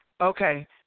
Okay